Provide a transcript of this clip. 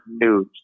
news